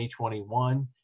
2021